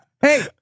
Hey